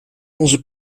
onze